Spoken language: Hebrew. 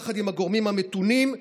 יחד עם הגורמים המתונים,